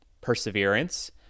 perseverance